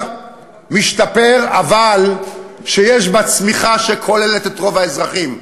משתפר בה אבל יש בה צמיחה שכוללת את רוב האזרחים.